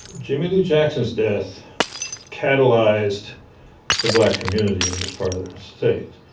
jimmie lee jackson's death catalyzed the black community in this part of the state,